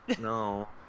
No